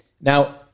now